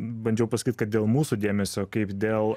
bandžiau pasakyt kad dėl mūsų dėmesio kaip dėl